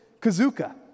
Kazuka